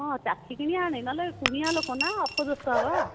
ହଁ ଚାଖିକିନି ଆଣେ ନହେଲେ କୁଣିଆ ଲୋକ ନା ଅପଦସ୍ତ ହେବା